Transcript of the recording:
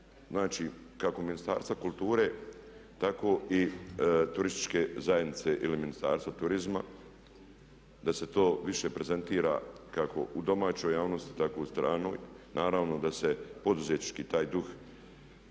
znači kako Ministarstva kulture tako i turističke zajednice ili Ministarstva turizma da se to više prezentira kako u domaćoj javnosti tako i u stranoj. Naravno da se poduzetnički taj duh